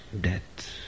death